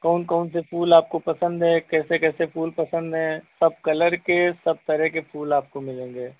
कौन कौन से फूल आपको पसंद हैं कैसे कैसे फूल पसंद हैं सब कलर के सब तरह के फूल आपको मिलेंगे